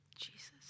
Jesus